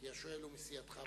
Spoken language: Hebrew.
כי השואל הוא מסיעתך,